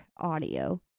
audio